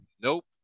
Nope